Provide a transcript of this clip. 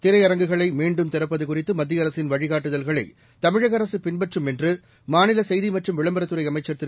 திரையரங்குகளை மீண்டும் திறப்பது குறித்து மத்திய அரசின் வழிகாட்டுதல்களை தமிழக அரசு பின்பற்றும் என்று மாநில செய்தி மற்றும் விளம்பரத் துறை அமைச்சர் திரு